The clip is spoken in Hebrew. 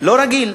לא רגיל.